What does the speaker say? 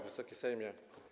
Wysoki Sejmie!